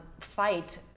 fight